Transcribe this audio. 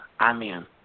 Amen